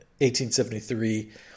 1873